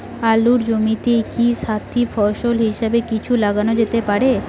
আলুর জমিতে কি সাথি ফসল হিসাবে কিছু লাগানো যেতে পারে?